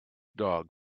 dog